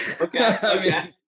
Okay